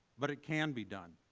but it can be done.